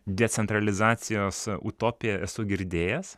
decentralizacijos utopiją esu girdėjęs